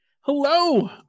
Hello